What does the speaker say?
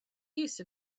use